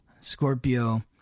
Scorpio